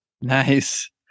Nice